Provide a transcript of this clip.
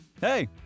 Hey